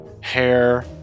hair